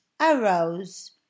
arose